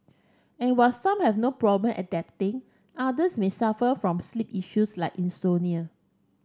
and while some have no problem adapting others may suffer from sleep issues like Insomnia